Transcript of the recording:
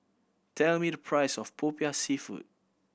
tell me the price of Popiah Seafood